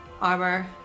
Armor